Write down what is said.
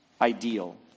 ideal